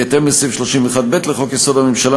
בהתאם לסעיף 31(ב) לחוק-יסוד: הממשלה,